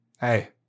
hey